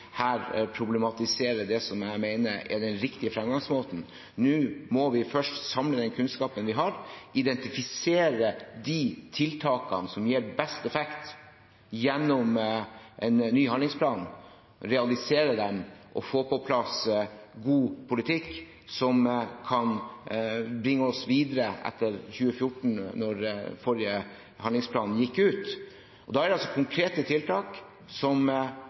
her problematiserer det som jeg mener er den riktige fremgangsmåten. Nå må vi først samle den kunnskapen vi har, identifisere de tiltakene som gir best effekt, gjennom en ny handlingsplan, realisere dem og få på plass god politikk som kan bringe oss videre etter 2014, da forrige handlingsplan gikk ut. Da handler det om konkrete tiltak som